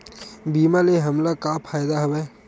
बीमा ले हमला का फ़ायदा हवय?